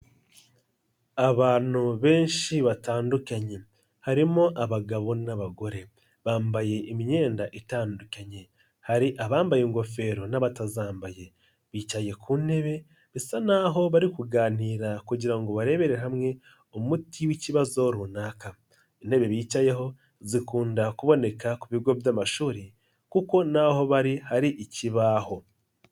Abantu benshi batandukanye harimo abagabo n'abagore bambaye imyenda itandukanye, hari abambaye ingofero n'abatazambaye, bicaye ku ntebe bisa naho bari kuganira kugira ngo barebere hamwe umuti w'ikibazo runaka, intebe bicayeho zikunda kuboneka ku bigo by'amashuri kuko naho bari hari ikibaho.